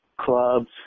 clubs